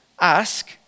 Ask